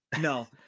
No